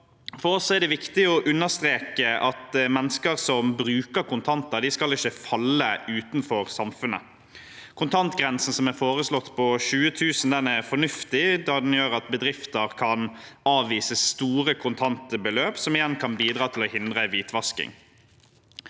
For oss er det viktig å understreke at mennesker som bruker kontanter, ikke skal falle utenfor samfunnet. Kontantgrensen på 20 000 kr som er foreslått, er fornuftig, da den gjør at bedrifter kan avvise store kontantbeløp, som igjen kan bidra til å hindre hvitvasking.